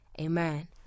Amen